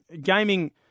gaming